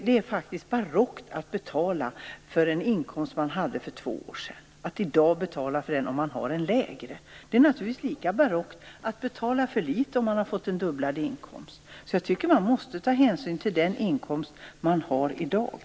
Det är faktiskt barockt att man skall betala efter en inkomst som man hade för två år sedan om man i dag har en lägre inkomst. Det är naturligtvis lika barockt att betala för litet om man har fått en fördubblad inkomst. Jag tycker att hänsyn måste tas till den inkomst man har i dag.